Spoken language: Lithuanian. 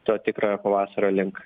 to tikrojo pavasario link